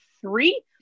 three